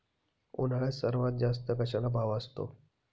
उन्हाळ्यात सर्वात जास्त कशाला भाव असतो?